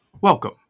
Welcome